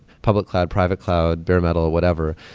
public cloud, private cloud, bare metal, whatever.